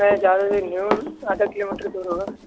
میں زیادہ ہوں آدھا کلو میٹر دور ہوگا